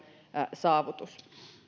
saavutus